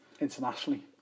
internationally